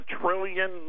trillion